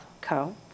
Co